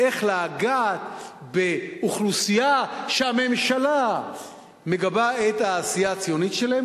איך לגעת באוכלוסייה שהממשלה מגבה את העשייה הציונית שלה,